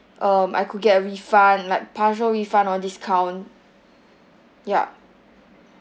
um I could get a refund like partial refund or discount yup